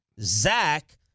Zach